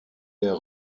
der